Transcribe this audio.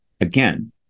again